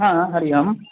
हरिः ओम्